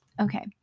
Okay